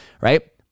right